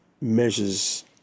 measures